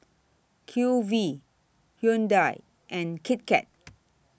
Q V Hyundai and Kit Kat